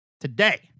today